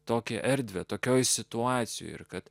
tokią erdvę tokioje situacijoje ir kad